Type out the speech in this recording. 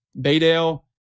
Baydale